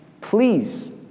Please